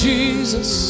Jesus